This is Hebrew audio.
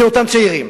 של אותם צעירים,